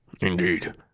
Indeed